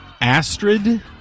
Astrid